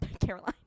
Caroline